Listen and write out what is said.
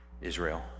Israel